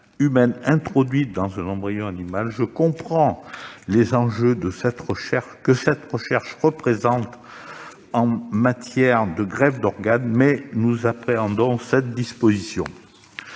humaines introduites dans un embryon animal. Je comprends les enjeux que cette recherche représente en matière de greffe d'organes, mais nous appréhendons cette disposition.